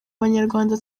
abanyarwanda